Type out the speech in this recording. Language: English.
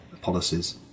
policies